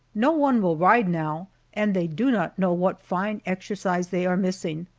no one will ride now and they do not know what fine exercise they are missing.